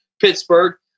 Pittsburgh